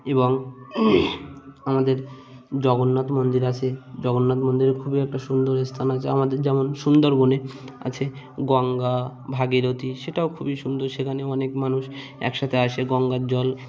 এবং আমাদের জগন্নাথ মন্দির আছে জগন্নাথ মন্দিরে খুবই একটা সুন্দর স্থান আছে আমাদের যেমন সুন্দরবনে আছে গঙ্গা ভাগীরথী সেটাও খুবই সুন্দর সেখানে অনেক মানুষ একসাথে আসে গঙ্গার জল